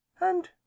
And